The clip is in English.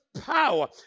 power